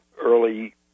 early